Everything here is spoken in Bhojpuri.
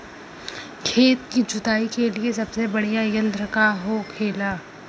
खेत की जुताई के लिए सबसे बढ़ियां यंत्र का होखेला?